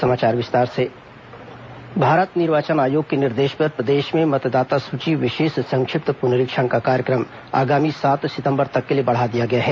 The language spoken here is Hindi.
मतदाता सूची पुनरीक्षण भारत निर्वाचन आयोग के निर्देश पर प्रदेश में मतदाता सूची विशेष संक्षिप्त पुनरीक्षण का कार्यक्रम आगामी सात सितंबर तक के लिए बढ़ा दिया गया है